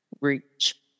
reach